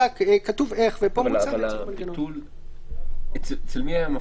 זה אקט פורמלי של ההגשה, אבל אם יש 30